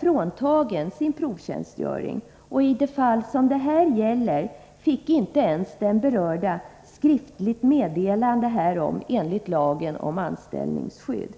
fråntagen sin provtjänstgöring. Och i det fall som motionen tar upp fick den berörde inte ens skriftligt meddelande härom enligt lagen om anställningsskydd.